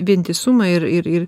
vientisumą ir ir ir